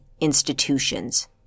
institutions